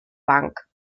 bank